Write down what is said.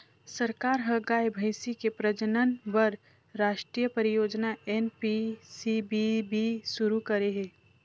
सरकार ह गाय, भइसी के प्रजनन बर रास्टीय परियोजना एन.पी.सी.बी.बी सुरू करे हे